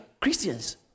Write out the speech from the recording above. Christians